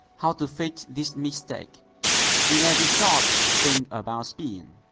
how to fix this mistake in every shot, think about spin.